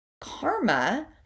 karma